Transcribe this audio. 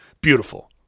Beautiful